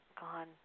gone